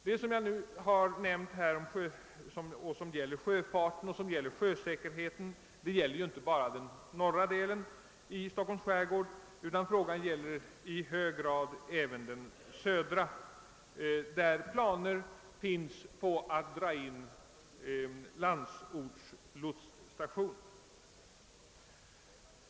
Vad jag nu nämnt beträffande sjöfarten och sjösäkerheten gäller inte bara den norra delen av Stockholms skärgård utan i hög grad också den södra, där planer föreligger på att dra in Landsorts lotsstation.